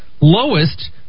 lowest